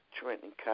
Trenton